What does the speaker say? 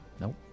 Nope